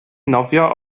nofio